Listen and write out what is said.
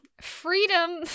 freedom